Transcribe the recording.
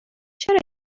چرا